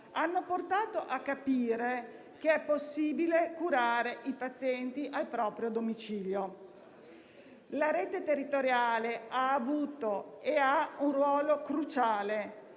hanno portato a capire che è possibile curare i pazienti al proprio domicilio. La rete territoriale ha avuto e ha un ruolo cruciale